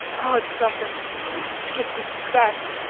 oh, it is nothing just a speck.